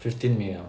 fifteen minute ah